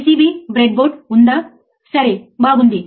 సాధారణ విషయాలు కూడా మీకు తెలిసే వరకు ప్రయత్నించవద్దు